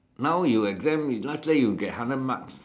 now you exam is not say you get hundred marks